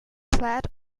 platt